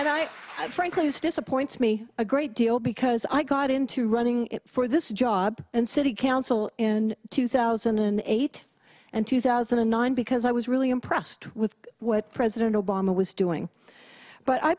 and i frankly was disappoints me a great deal because i got into running for this job and city council in two thousand and eight and two thousand and nine because i was really impressed with what president obama was doing but i